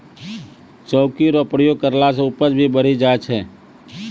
चौकी रो प्रयोग करला से उपज भी बढ़ी जाय छै